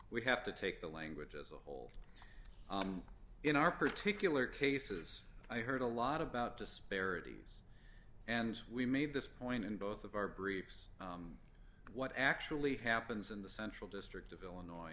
we have to take the language as a whole in our particular cases i heard a lot about disparities and we made this point in both of our briefs what actually happens in the central district of illinois